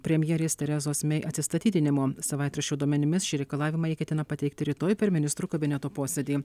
premjerės terezos mei atsistatydinimo savaitraščio duomenimis šį reikalavimą jie ketina pateikti rytoj per ministrų kabineto posėdį